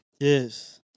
Yes